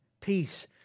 peace